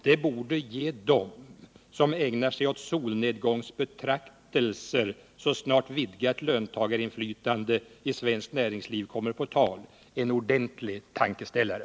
Det borde ge dem som ägnar sig åt solnedgångsbetraktelser så snart vidgat löntagarinflytande i svenskt näringsliv kommer på tal en ordentlig tankeställare.